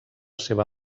seva